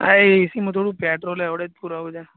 હા એ એસીમાં થોડું પેટ્રોલ હવડે જ પુરાવ્યું છે